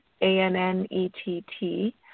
A-N-N-E-T-T